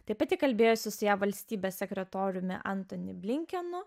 taip pat kalbėjosi su jav valstybės sekretoriumi antoni blinkenu